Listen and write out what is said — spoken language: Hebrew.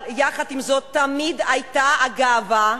אבל יחד עם זאת תמיד היתה הגאווה,